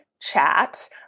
chat